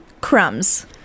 crumbs